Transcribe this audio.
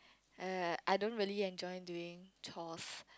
err I don't really enjoy during chores